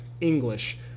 english